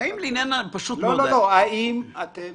האם אתם